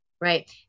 right